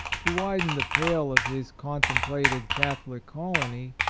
to widen the pale of his contem plated catholic colony,